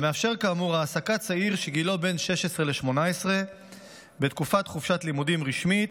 המאפשר כאמור העסקת צעיר שגילו בין 16 ל-18 בתקופת חופשת לימודים רשמית,